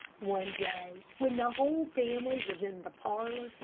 one day, when the whole family was in the parlor,